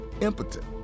impotent